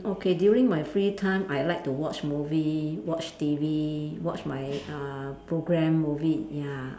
okay during my free time I like to watch movie watch T_V watch my uh program movie ya